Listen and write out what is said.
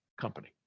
company